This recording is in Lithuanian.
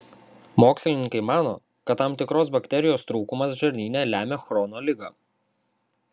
mokslininkai mano kad tam tikros bakterijos trūkumas žarnyne lemia chrono ligą